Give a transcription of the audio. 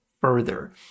further